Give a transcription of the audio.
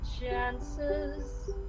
chances